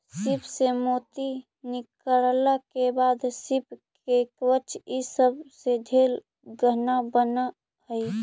सीप से मोती निकालला के बाद सीप के कवच ई सब से ढेर गहना बन हई